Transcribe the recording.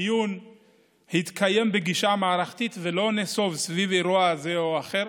הדיון התקיים בגישה המערכתית ולא נסוב סביב אירוע זה או אחר,